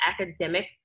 academic